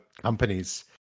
companies